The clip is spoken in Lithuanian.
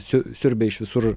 siu siurbia iš visur